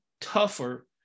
tougher